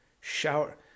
shower